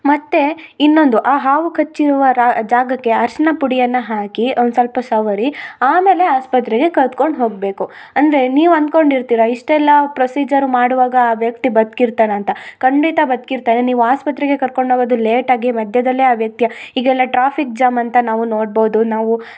ಮತ್ತೆ ಇನ್ನೊಂದು ಆ ಹಾವು ಕಚ್ಚಿರುವ ರಾ ಜಾಗಕ್ಕೆ ಅರಿಶಿನ ಪುಡಿಯನ್ನ ಹಾಕಿ ಒನ್ಸೊಲ್ಪ ಸವರಿ ಆಮೇಲೆ ಆಸ್ಪತ್ರೆಗೆ ಕರ್ಕೊಂಡು ಹೋಗಬೇಕು ಅಂದರೆ ನೀವು ಅನ್ಕೊಂಡು ಇರ್ತೀರ ಇಷ್ಟೆಲ್ಲಾ ಪ್ರೊಸಿಜರ್ ಮಾಡುವಾಗ ಆ ವ್ಯಕ್ತಿ ಬದ್ಕಿರ್ತಾನ ಅಂತ ಖಂಡಿತ ಬದ್ಕಿರ್ತಾರೆ ನೀವು ಆಸ್ಪತ್ರೆಗೆ ಕರ್ಕೊಂಡು ಹೋಗೋದು ಲೇಟಾಗಿ ಮಧ್ಯದಲ್ಲೆ ಆ ವ್ಯಕ್ತಿ ಈಗೆಲ್ಲ ಟ್ರಾಫಿಕ್ ಜಾಮ್ ಅಂತ ನಾವು ನೋಡ್ಬೋದು ನಾವು